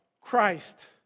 Christ